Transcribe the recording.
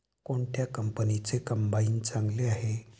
कोणत्या कंपनीचे कंबाईन चांगले आहे?